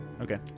Okay